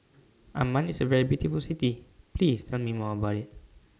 Amman IS A very beautiful City Please Tell Me More about IT